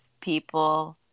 people